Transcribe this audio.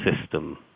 system